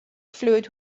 fluid